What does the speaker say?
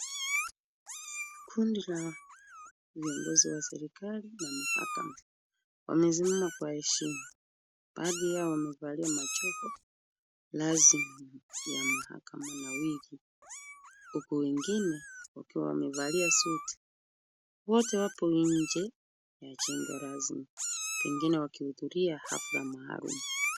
Kundi la viongozi wa serikali na mahakama wamesimama kwa heshima . Baadhi yao wamevalia majopo rasmi ya mahakama na wigi huku wengine wakiwa wamevalia suti. Wote wapo nje ya jengo rasmi pengine wakihudhuria hafla maalum.